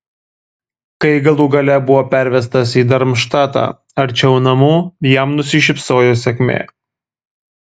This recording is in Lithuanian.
kai galų gale buvo pervestas į darmštatą arčiau namų jam nusišypsojo sėkmė